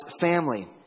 family